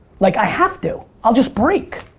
like i have to. i'll just break.